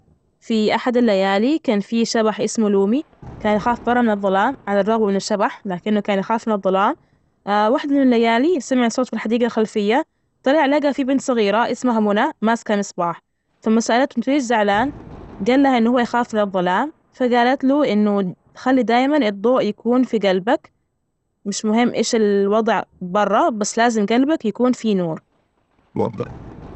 في أحد الليالي، كان في شبح اسمه لومي، كان يخاف مرة من الظلام، على الرغم أنه شبح، لكنه كان يخاف من الظلام. وحدة من الليالي سمع صوت بالحديجة الخلفية. طلع لجى في بنت صغيرة إسمها منى. ماسكة مصباح، فلما سألته أنت ليش زعلان؟ جال لها إنه هو يخاف للظلام، فجالت له إنه خلي دائما الضوء يكون في قلبك مش مهم إيش الوضع برا، بس لازم جلبك يكون فيه نور.